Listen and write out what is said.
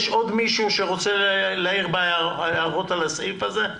יש עוד מישהו שרוצה להעיר לסעיף הזה?